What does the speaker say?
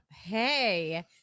Hey